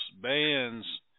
bands